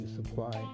supply